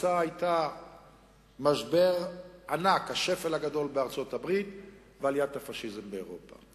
התוצאה היתה משבר ענק: השפל הגדול בארצות-הברית ועליית הפאשיזם באירופה.